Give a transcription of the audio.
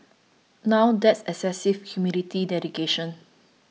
now that's excessive humility dedication